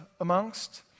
amongst